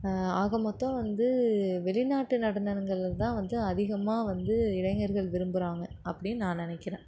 ஆக மொத்தம் வந்து வெளிநாட்டு நடனங்கள்ல தான் வந்து அதிகமாக வந்து இளைஞர்கள் விரும்புறாங்க அப்படின் நான் நினைக்கிறேன்